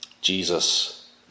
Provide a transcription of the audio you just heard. Jesus